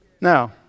Now